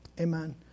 amen